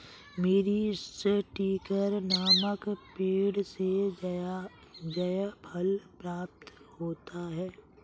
मीरीस्टिकर नामक पेड़ से जायफल प्राप्त होता है